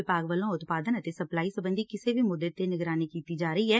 ਵਿਭਾਗ ਵੱਲੋਂ ਉਤਪਾਦਨ ਅਤੇ ਸਪਲਾਈ ਸਬੰਧੀ ਕਿਸੇ ਵੀ ਮੁੱਦੇ ਤੇ ਨਿਗਰਾਨੀ ਕੀਤੀ ਜਾ ਰਹੀ ਐ